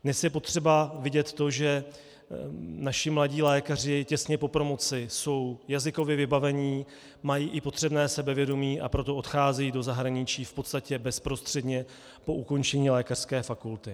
Dnes je potřeba vidět to, že naši mladí lékaři těsně po promoci jsou jazykově vybavení, mají i potřebné sebevědomí, a proto odcházejí do zahraničí v podstatě bezprostředně po ukončení lékařské fakulty.